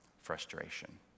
frustration